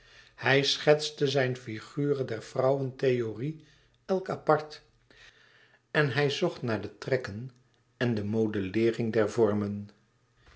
hij schetste zijne figuren der vrouwentheorie elk apart en hij zocht naar de trekken en de modelleering der vormen